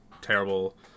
terrible